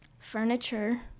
Furniture